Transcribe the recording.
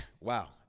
Wow